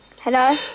Hello